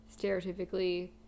stereotypically